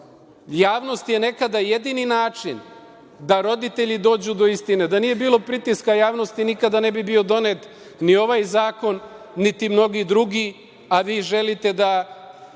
Javnost je nekada jedini način da roditelji dođu do istine. Da nije bilo pritiska javnosti, nikada ne bi bio donet ni ovaj zakon, niti mnogi drugi, a vi želite da